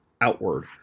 outward